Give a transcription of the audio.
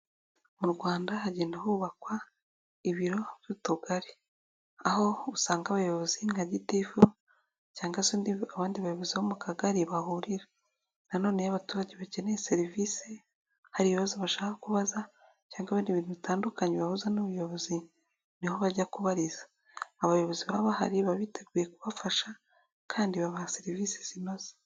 Mu rwanda hagenda hubakwa ibiro by'utugari, aho usanga abayobozi nka gitifu cyangwa se abandi bayobozi bo mu kagari bahurira. Nanone iyo abaturage bakeneye serivisi, hari ibibazo bashaka kubaza, cyangwa wenda ibintu bitandukanye bibahuza n'ubuyobozi niho bajya kubariza. Abayobozi baba bahari biteguye kubafasha kandi babaha serivisi zinoze.